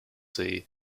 sea